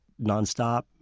nonstop